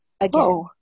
again